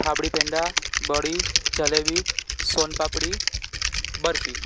થાબડી પેંડા બળી જલેબી સોનપાપડી બરફી